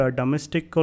domestic